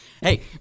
Hey